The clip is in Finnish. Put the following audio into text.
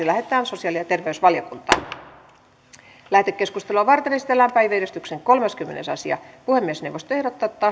lähetetään sosiaali ja terveysvaliokuntaan lähetekeskustelua varten esitellään päiväjärjestyksen kolmaskymmenes asia puhemiesneuvosto ehdottaa että